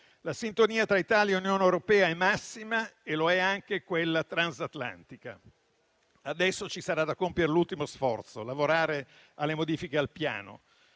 La sintonia tra Italia e Unione europea è massima e lo è anche quella transatlantica. Adesso ci sarà da compiere l'ultimo sforzo: lavorare alle modifiche al Piano,